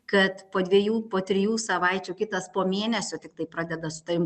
kad po dvejų po trijų savaičių kitas po mėnesio tiktai pradeda su tavim